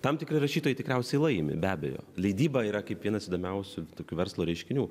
tam tikri rašytojai tikriausiai laimi be abejo leidyba yra kaip vienas įdomiausių tokių verslo reiškinių